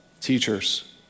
teachers